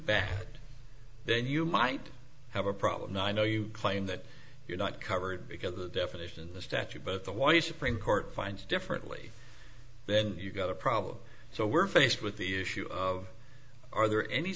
bad then you might have a problem now i know you claim that you're not covered because the definition the statute but the one you supreme court finds differently then you've got a problem so we're faced with the issue of are there any